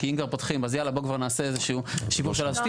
כי אם כבר פותחים אז בואו נעשה כבר איזה שהוא שדרוג של הקו.